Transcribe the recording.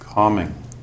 Calming